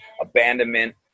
abandonment